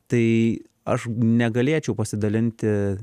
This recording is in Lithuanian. tai aš negalėčiau pasidalinti